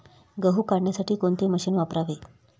गहू काढण्यासाठी कोणते मशीन वापरावे?